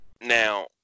now